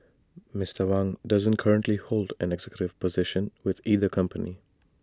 Mister Wang doesn't currently hold an executive position with either company